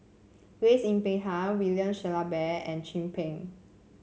Prace Yin Peck Ha William Shellabear and Chin Peng